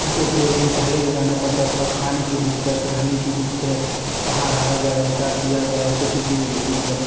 एक दो दिन पहले ही जाना पड़ता था खाने की दिक्कत रहने की दिक्कत कहाँ रहा जाए क्या किया जाए कुछ भी मतलब